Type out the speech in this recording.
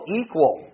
equal